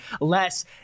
Less